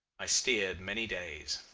i steered many days.